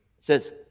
says